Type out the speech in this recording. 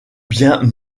bien